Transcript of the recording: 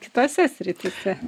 kitose srityse